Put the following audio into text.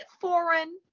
foreign